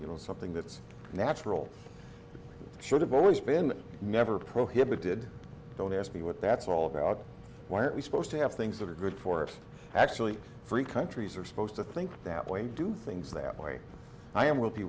you know something that's natural should have always been never prohibited don't ask me what that's all about why aren't we supposed to have things that are good for us actually free countries are supposed to think that way and do things that way i am will be